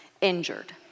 injured